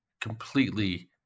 completely